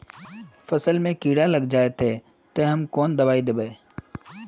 फसल में कीड़ा लग जाए ते, ते हम कौन दबाई दबे?